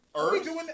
Earth